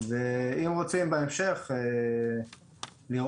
אם רוצים בהמשך לראות,